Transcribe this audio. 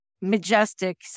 Majestic